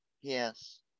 Yes